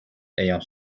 ayant